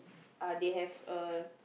uh they have a